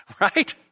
Right